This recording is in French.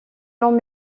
long